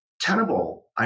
Tenable